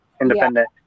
independent